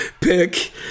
pick